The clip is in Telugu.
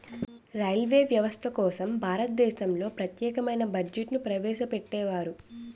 రైల్వే వ్యవస్థ కోసం భారతదేశంలో ప్రత్యేకమైన బడ్జెట్ను ప్రవేశపెట్టేవారు